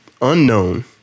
unknown